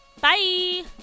Bye